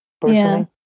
personally